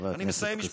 חבר הכנסת כסיף.